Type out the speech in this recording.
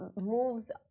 moves